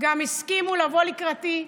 גם הסכימו לבוא לקראתי.